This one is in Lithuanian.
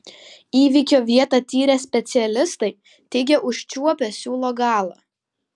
įvykio vietą tyrę specialistai teigia užčiuopę siūlo galą